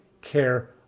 care